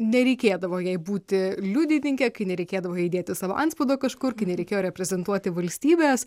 nereikėdavo jai būti liudininke kai nereikėdavo jai dėti savo antspaudo kažkur kai nereikėjo reprezentuoti valstybės